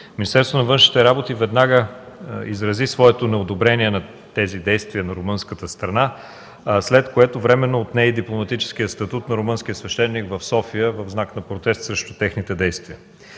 Министерството на външните работи веднага изрази своето неодобрение на тези действия на румънската страна, след което временно отне и дипломатическия статут на румънския свещеник в София в знак на протест срещу техните действия.